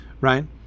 right